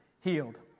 healed